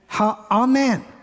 amen